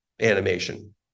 animation